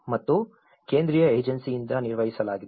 ಮತ್ತು ಕೇಂದ್ರೀಯ ಏಜೆನ್ಸಿಯಿಂದ ನಿರ್ವಹಿಸಲಾಗಿದೆ